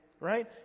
right